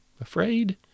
Afraid